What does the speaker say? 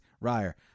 Ryer